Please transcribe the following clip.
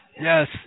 yes